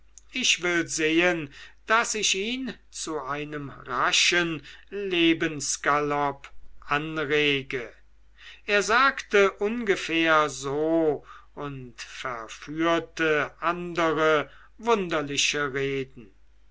ich will sehen daß ich ihn zu einem raschen lebensgalopp anrege er sagte ungefähr so und verführte andere wunderliche reden